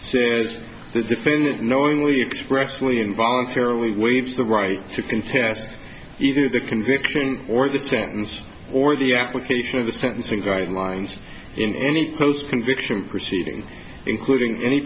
as the defendant knowingly expressway in voluntarily waves the right to contest the conviction or the sentence or the application of the sentencing guidelines in any post conviction proceeding including any